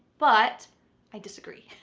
but i disagree.